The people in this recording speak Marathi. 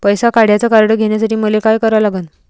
पैसा काढ्याचं कार्ड घेण्यासाठी मले काय करा लागन?